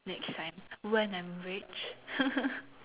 next time when I'm rich